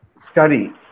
study